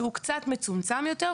שהוא קצת מצומצם יותר,